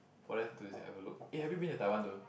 for them to have a look eh have you been to Taiwan though